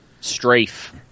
strafe